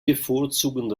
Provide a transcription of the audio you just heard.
bevorzugen